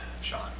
Sean